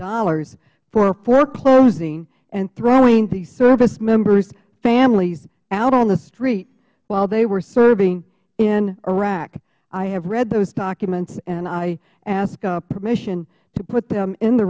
million for foreclosing and throwing the service members families out on the street while they were serving in iraq i have read those documents and i ask permission to put them in the